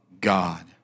God